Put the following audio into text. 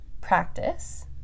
practice